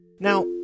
Now